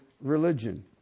religion